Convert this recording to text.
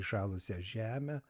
įšalusią žemę